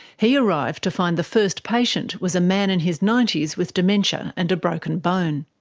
he arrived to find the first patient was a man in his ninety s with dementia and a broken bone.